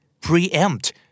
Preempt